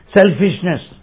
selfishness